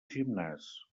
gimnàs